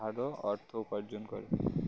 ভালো অর্থ উপার্জন করে